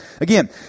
again